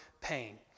pain